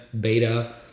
beta